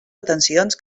atencions